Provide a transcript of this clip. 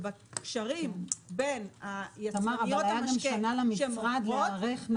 ובקשרים בין יצרניות המשקה שמוכרות -- אבל הייתה למשרד שנה להיערך.